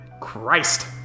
Christ